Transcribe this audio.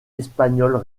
espagnols